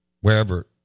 wherever